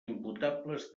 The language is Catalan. imputables